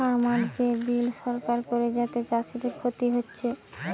farmer যে bill সরকার করে যাতে চাষীদের ক্ষতি হচ্ছে